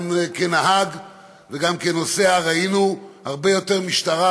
גם כנהגים וגם כנוסעים ראינו הרבה יותר משטרה,